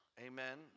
amen